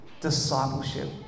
discipleship